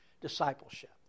discipleship